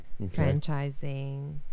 franchising